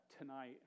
tonight